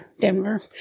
Denver